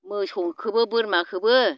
मोसौखौबो बोरमाखौबो